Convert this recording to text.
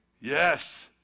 Yes